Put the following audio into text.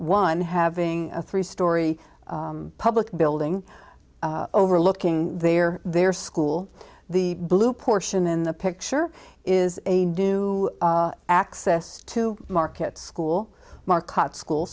one having a three storey public building overlooking their their school the blue portion in the picture is a new access to markets school market school